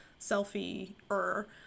selfie-er